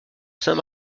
saint